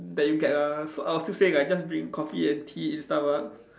that you get ah so I'll still say like just drink coffee and tea in Starbucks